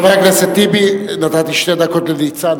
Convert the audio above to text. חבר הכנסת טיבי, נתתי שתי דקות לניצן.